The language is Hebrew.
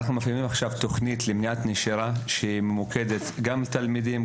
אנחנו מפעילים עכשיו תוכנית למניעת נשירה שממוקדת גם לתלמידים,